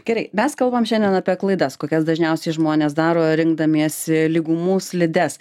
gerai mes kalbam šiandien apie klaidas kokias dažniausiai žmonės daro rinkdamiesi lygumų slides